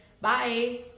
Bye